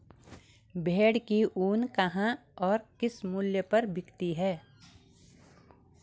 भेड़ की ऊन कहाँ और किस मूल्य पर बिकती है?